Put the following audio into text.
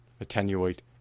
attenuate